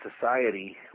Society